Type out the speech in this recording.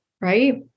right